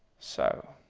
so,